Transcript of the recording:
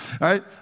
right